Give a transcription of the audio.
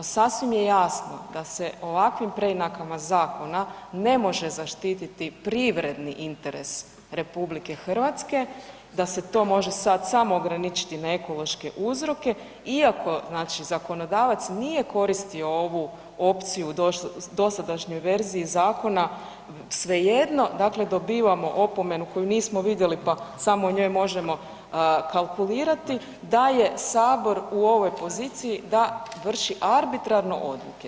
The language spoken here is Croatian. Sasvim je jasno da se ovakvim preinakama zakona ne može zaštiti privredni interes RH, da se to može sad samo ograničiti na ekološke uzroke, iako zakonodavac nije koristio ovu opciju u dosadašnjoj verziji zakona svejedno dobivamo opomenu koju nismo vidjeli pa samo o njoj možemo kalkulirati da je Sabor u ovoj poziciji da vrši arbitrarno odluke.